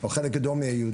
או על חלק גדול מהיהודים.